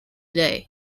day